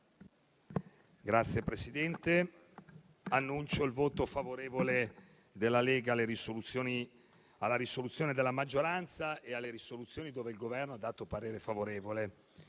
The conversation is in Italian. Signor Presidente, annuncio il voto favorevole della Lega alla risoluzione della maggioranza e alle risoluzioni su cui il Governo ha dato parere favorevole.